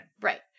Right